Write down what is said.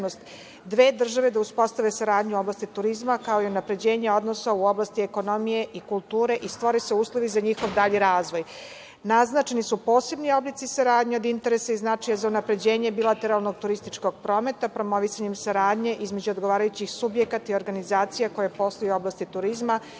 dve države da uspostave saradnju u oblasti turizma, kao i unapređenje odnosa u oblasti ekonomije, kulture i stvore se uslovi za njihov dalje razvoj. Naznačeni su posebni oblici saradnje od interesa i značaja za unapređenje bilateralnog turističkog prometa promovisanjem saradnje između odgovarajućih subjekata i organizacija koje posluju u oblasti turizma, kao